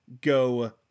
go